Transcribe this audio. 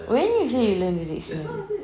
when you say you learn the dictionary